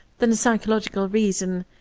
than a psychological reason,